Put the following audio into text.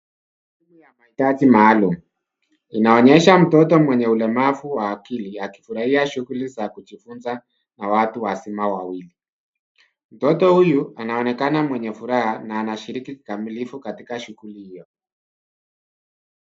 Katika mahitaji maalum. Inaonyesha mtoto mwenye ulemavu wa akili akifurahia shughuli za kujifunza na watu wazima wawili. Mtoto huyu anaonekana mwenye furaha na anashiriki kikamilifu katika shughuli hiyo.